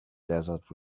desert